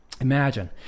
Imagine